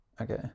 okay